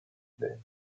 day